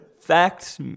Facts